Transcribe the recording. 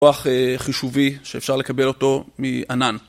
כוח חישובי שאפשר לקבל אותו מענן.